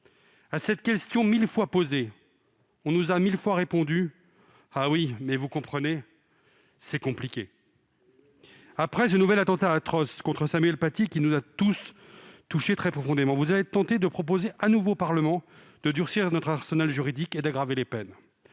À cette question mille fois posée, on nous a mille fois répondu :« Ah oui, mais, vous comprenez, c'est compliqué ...» Où est le ministre de la justice ? Après ce nouvel attentat atroce contre Samuel Paty qui nous a tous touchés très profondément, vous allez être tenté de proposer de nouveau au Parlement de durcir notre arsenal juridique et d'aggraver les peines.